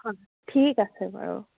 হয় ঠিক আছে বাৰু